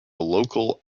local